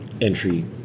entry